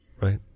Right